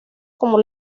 como